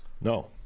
no